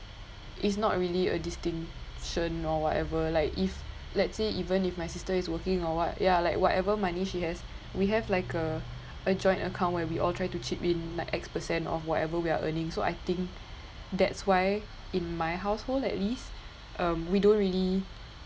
it's not really a distinction or whatever like if let's say even if my sister is working or what ya like whatever money she has we have like a a joint account where we all try to chip in like X percent of whatever we are earning so I think that's why in my household at least uh we don't really